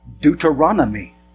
Deuteronomy